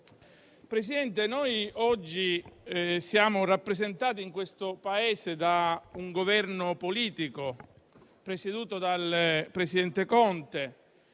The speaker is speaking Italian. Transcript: Presidente, noi oggi siamo rappresentati in questo Paese da un Governo politico presieduto dal presidente Conte;